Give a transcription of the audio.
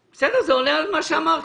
בסדר, זה עונה על מה שאמרתם.